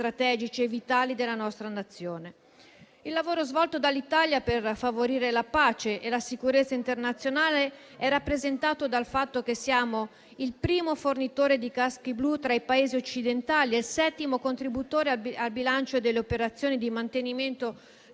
strategici e vitali della nostra Nazione. Il lavoro svolto dall'Italia per favorire la pace e la sicurezza internazionale è rappresentato dal fatto che siamo il primo fornitore di Caschi blu tra i Paesi occidentali e il settimo contributore al bilancio delle operazioni di mantenimento